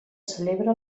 celebra